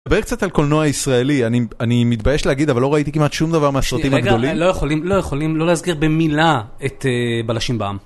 דבר קצת על קולנוע ישראלי, אני... אני מתבייש להגיד אבל לא ראיתי כמעט שום דבר מהסרטים הגדולים. רגע, לא יכולים... לא יכולים לא להזכיר במילה את אה... "בלשים בעם".